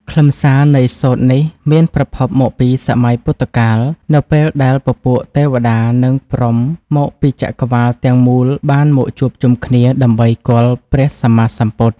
ខ្លឹមសារនៃសូត្រនេះមានប្រភពមកពីសម័យពុទ្ធកាល នៅពេលដែលពពួកទេវតា និងព្រហ្មមកពីចក្រវាឡទាំងមូលបានមកជួបជុំគ្នាដើម្បីគាល់ព្រះសម្មាសម្ពុទ្ធ។